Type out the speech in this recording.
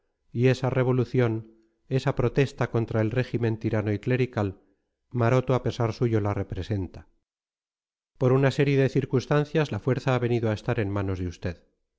y esa revolución esa protesta contra el régimen tiránico y clerical maroto a pesar suyo la representa por una serie de circunstancias la fuerza ha venido a estar en manos de usted